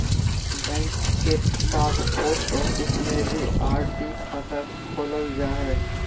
bank के साथ post office में भी आर.डी खाता खोलल जा हइ